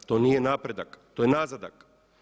To nije napredak, to je nazadak.